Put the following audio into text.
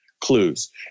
clues